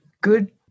good